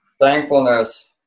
thankfulness